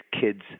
kids